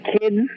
kids